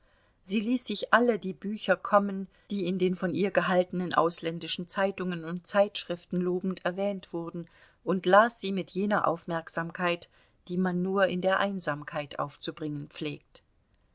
sie ließ sich alle die bücher kommen die in den von ihr gehaltenen ausländischen zeitungen und zeitschriften lobend erwähnt wurden und las sie mit jener aufmerksamkeit die man nur in der einsamkeit aufzubringen pflegt